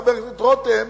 חבר הכנסת רותם,